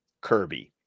Kirby